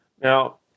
now